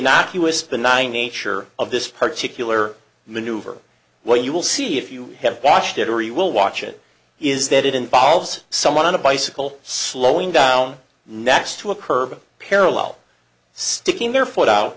the nine nature of this particular maneuver what you will see if you have watched it or you will watch it is that it involves someone on a bicycle slowing down next to a curb parallel sticking their foot out